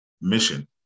mission